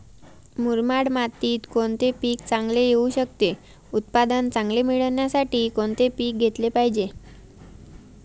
मुरमाड मातीत कोणते पीक चांगले येऊ शकते? उत्पादन चांगले मिळण्यासाठी कोणते पीक घेतले पाहिजे?